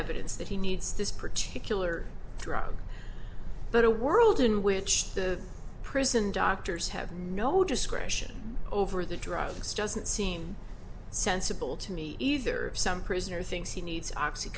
evidence that he needs this particular drug but a world in which the prison doctors have no discretion over the drugs doesn't seem sensible to me either some prisoner thinks he needs